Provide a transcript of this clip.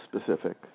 specific